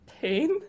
pain